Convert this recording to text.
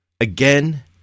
Again